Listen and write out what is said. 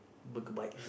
burger bites